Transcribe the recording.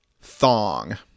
thong